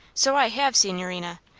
so i have, signorina.